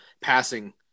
passing